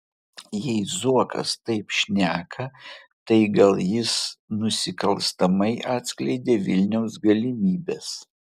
jei zuokas taip šneka tai gal jis nusikalstamai atskleidė vilniaus galimybes